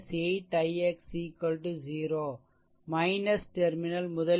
எனவே 8 ix 0 terminal முதலில் வருகிறது